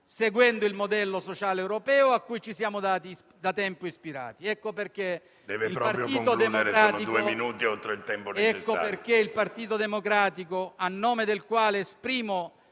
seguendo il modello sociale europeo cui ci siamo da tempo ispirati. Ecco perché il Partito Democratico, a nome del quale esprimo